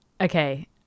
Okay